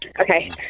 Okay